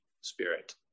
Spirit